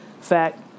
fact